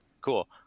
cool